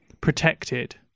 protected